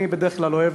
אני בדרך כלל אוהב